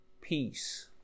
peace